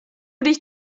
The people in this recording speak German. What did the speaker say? dich